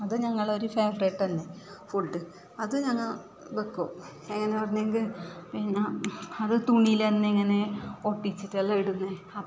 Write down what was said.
അത് ഞങ്ങളുടെ ഒരു ഫേവറിറ്റ് ഫുഡ് അത് ഞങ്ങൾ വെക്കും എങ്ങനാന്ന് പറഞ്ഞെങ്കിൽ പിന്നെ അത് തുണിയിൽ ഇങ്ങനെ ഒട്ടിച്ചിട്ടെല്ലാം ഇടുന്നത് അപ്പോൾ